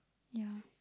yeah